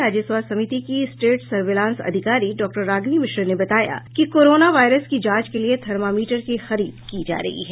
राज्य स्वास्थ्य समिति की स्टेट सर्विलांस अधिकारी डाक्टर रागिनी मिश्र ने बताया कि कोरोना वायरस की जांच के लिए थर्मामीटर की खरीद की जा रही है